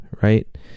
right